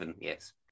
yes